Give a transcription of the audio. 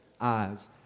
eyes